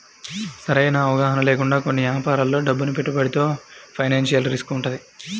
సరైన అవగాహన లేకుండా కొన్ని యాపారాల్లో డబ్బును పెట్టుబడితో ఫైనాన్షియల్ రిస్క్ వుంటది